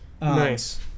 Nice